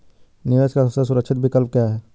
निवेश का सबसे सुरक्षित विकल्प क्या है?